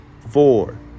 four